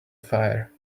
fire